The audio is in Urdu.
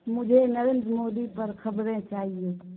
مجھے نریندر مودی پر خبریں چاہیے